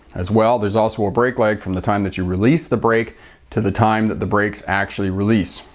as well, there's also a brake lag from the time that you release the brake to the time that the brakes actually release.